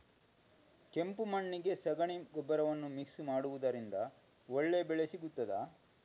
ಕೆಂಪು ಮಣ್ಣಿಗೆ ಸಗಣಿ ಗೊಬ್ಬರವನ್ನು ಮಿಕ್ಸ್ ಮಾಡುವುದರಿಂದ ಒಳ್ಳೆ ಬೆಳೆ ಸಿಗುತ್ತದಾ?